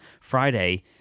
Friday